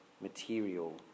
material